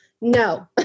no